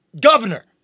governor